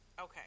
okay